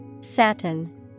Satin